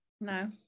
No